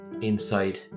inside